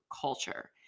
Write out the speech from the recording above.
culture